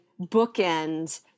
bookends